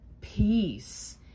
peace